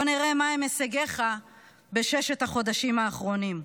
בוא נראה מהם הישגיך בששת החודשים האחרונים: